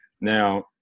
Now